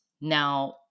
Now